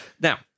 Now